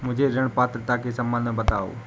मुझे ऋण पात्रता के सम्बन्ध में बताओ?